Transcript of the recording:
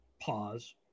pause